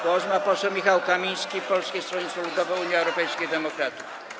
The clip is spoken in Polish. Głos ma poseł Michał Kamiński, Polskie Stronnictwo Ludowe - Unia Europejskich Demokratów.